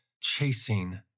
chasing